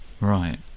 right